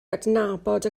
adnabod